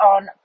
on